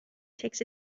takes